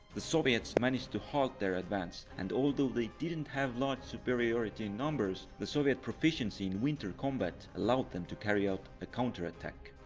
the soviets managed to halt their advance, and although they didn't have large superiority in numbers, the soviet proficiency in winter combat allowed them to carry out a counterattack.